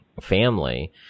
family